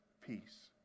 peace